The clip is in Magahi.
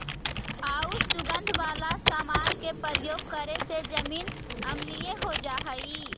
आउ सुगंध वाला समान के प्रयोग करे से जमीन अम्लीय हो जा हई